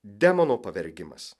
demono pavergimas